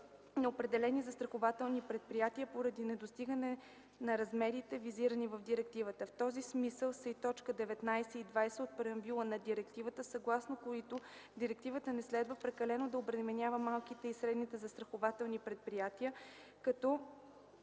определени застрахователни предприятия, поради недостигане на размерите, визирани в директивата. В този смисъл са и т. 19 и т. 20 от преамбюла на Директивата, съгласно които Директивата не следва прекалено да обременява малките и средните застрахователни предприятия, като